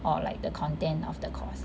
or like the content of the course